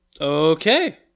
Okay